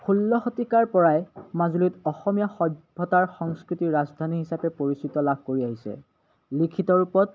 ষোল্ল শতিকাৰ পৰাই মাজুলীত অসমীয়া সভ্যতাৰ সংস্কৃতি ৰাজধানী হিচাপে পৰিচিত লাভ কৰি আহিছে লিখিত ৰূপত